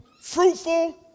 Fruitful